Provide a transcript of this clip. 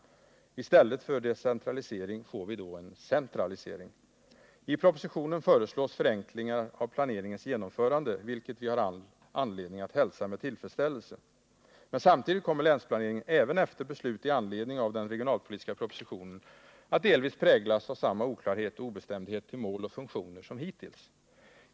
I stället för decentralisering får vi då en centralisering. I propositionen föreslås förenklingar av planeringens genomförande, vilket vi har all anledning att hälsa med tillfredsställelse. Samtidigt kommer länsplaneringen även efter beslut med anledning av den regionalpolitiska propositionen att delvis präglas av samma oklarhet och obestämdhet till mål och funktioner som hittills.